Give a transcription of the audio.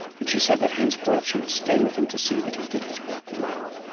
and she said that henceforth she would stay with him to see that he did his work well.